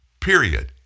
period